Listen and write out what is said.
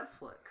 Netflix